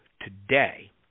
today